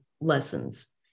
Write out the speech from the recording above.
lessons